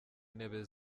intebe